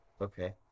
Okay